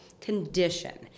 condition